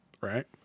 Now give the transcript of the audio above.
Right